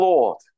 Lord